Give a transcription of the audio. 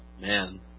man